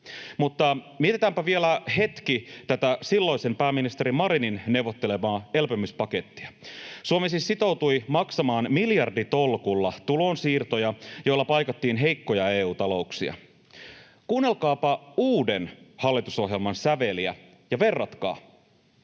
Mutta mietitäänpä vielä hetki tätä silloisen pääministeri Marinin neuvottelemaa elpymispakettia. Suomi siis sitoutui maksamaan miljarditolkulla tulonsiirtoja, joilla paikattiin heikkoja EU-talouksia. Kuunnelkaapa uuden hallitusohjelman säveliä ja verratkaa.